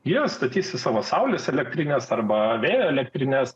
jie statys savo saulės elektrines arba vėjo elektrines